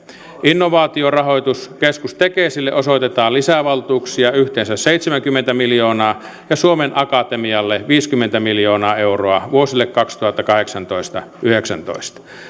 innovaatiorahoituskeskus tekesille osoitetaan lisää valtuuksia yhteensä seitsemänkymmentä miljoonaa ja suomen akatemialle viisikymmentä miljoonaa euroa vuosille kaksituhattakahdeksantoista viiva kaksituhattayhdeksäntoista